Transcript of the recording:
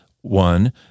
one